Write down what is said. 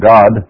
God